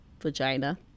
vagina